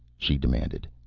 she demanded.